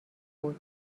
بود